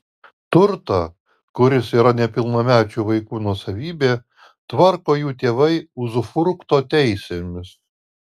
turtą kuris yra nepilnamečių vaikų nuosavybė tvarko jų tėvai uzufrukto teisėmis